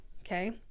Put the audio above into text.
okay